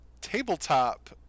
tabletop